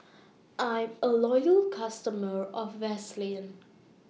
I'm A Loyal customer of Vaselin